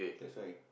that's why